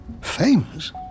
famous